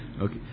Okay